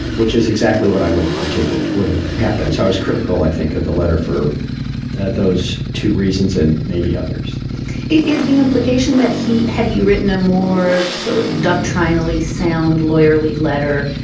which is exactly what i would have predicted would have happened. so i was critical, i think, of the letter for those two reasons and maybe others is the implication that he had you written a more sort of doctrinally sound lawyerly letter,